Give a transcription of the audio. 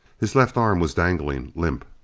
his left arm was dangling limp.